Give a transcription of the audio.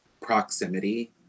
proximity